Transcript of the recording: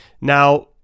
now